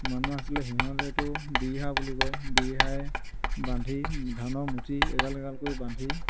মানুহ আছিলে সিহঁতেতো বিৰীহা বুলি কয় বিৰীহাৰে বান্ধি ধানৰ মুঠি এগাল এগালকৈ বান্ধি